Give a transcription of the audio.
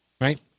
right